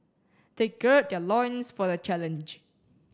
they gird their loins for the challenge